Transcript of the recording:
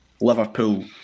Liverpool